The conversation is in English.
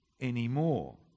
anymore